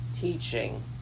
teaching